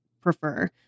prefer